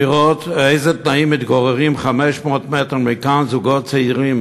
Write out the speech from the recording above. לראות באיזה תנאים מתגוררים 500 מטר מכאן זוגות צעירים,